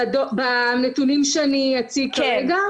בנתונים שאני אציג כרגע?